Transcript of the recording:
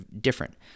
different